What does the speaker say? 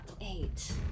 Eight